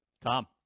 tom